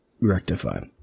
rectify